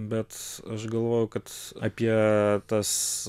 bet aš galvoju kad apie tas